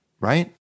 right